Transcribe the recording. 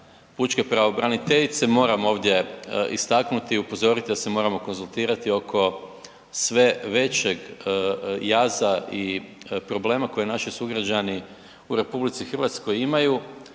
pučke pravobraniteljice moram ovdje istaknuti i upozoriti da se moramo konzultirati oko sve većeg jaza i problema koje naši sugrađani u RH imaju,